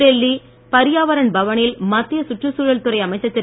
புதுடெல்லி பர்யாவரண் பவனில் மத்திய சுற்றுச் சூழல் துறை அமைச்சர் திரு